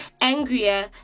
angrier